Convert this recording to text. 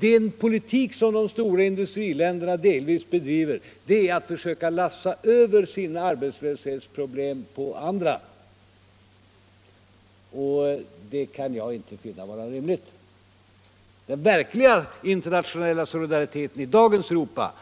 Den politik som de stora industriländerna delvis bedriver är att försöka lasta över sina arbetslöshetsproblem på andra, och det kan jag inte finna vara rimligt. Den verkliga internationella solidariteten i dagens Europa